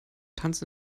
tanz